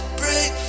break